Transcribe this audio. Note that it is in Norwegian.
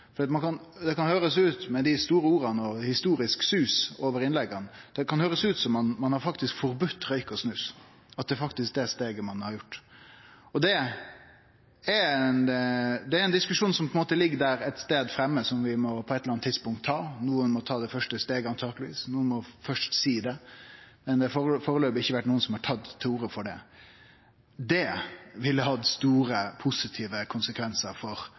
Med dei store orda og historisk sus over innlegga kan det høyrest ut som om ein faktisk har forbode røyk og snus, at det er det steget ein har tatt. Det er ein diskusjon som ligg der framme ein stad, og som vi på eit eller anna tidspunkt må ta. Nokon må ta det første steget, antakeleg, nokon må først seie det, men det har foreløpig ikkje vore nokon som har tatt til orde for det. Det ville hatt store, positive konsekvensar for